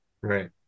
Right